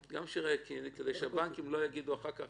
כדי שהבנקים לא יגידו אחר כך